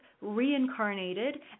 reincarnated